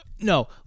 No